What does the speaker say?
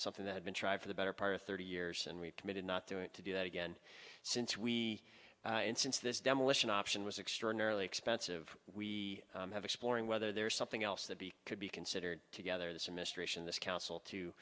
something that had been tried for the better part of thirty years and we've committed not to it to do that again since we and since this demolition option was extraordinarily expensive we have exploring whether there is something else that could be considered together this administration this council to